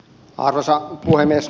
arvoisa puhemies